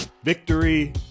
Victory